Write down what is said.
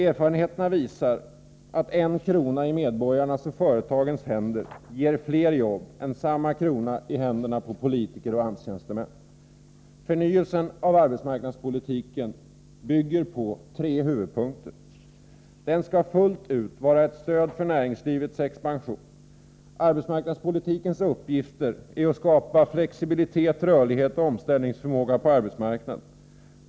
Erfarenheterna visar att 1 kr. i medborgarnas och företagens händer ger fler jobb än samma krona i händerna på politiker och AMS-tjänstemän. Förnyelsen av arbetsmarknadspolitiken bygger på tre huvudpunkter: 1. Den skall fullt ut vara ett stöd för näringslivets expansion. Arbetsmark nadspolitikens uppgifter är att skapa flexibilitet, rörlighet och omställningsförmåga på arbetsmarknaden.